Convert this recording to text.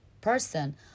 person